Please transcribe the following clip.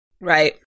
Right